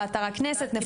את זה באתר הכנסת וברשתות.